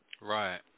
Right